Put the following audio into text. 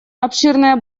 обширное